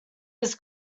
his